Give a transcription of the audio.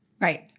Right